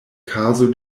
kazo